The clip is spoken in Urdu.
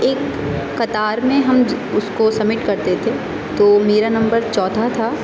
ایک قطار میں ہم اس کو سبمٹ کرتے تھے تو میرا نمبر چوتھا تھا